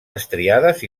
estriades